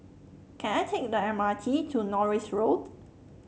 can I take the M R T to Norris Road